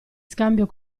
scambio